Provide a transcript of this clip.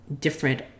different